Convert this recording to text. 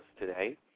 today